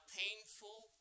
painful